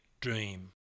dream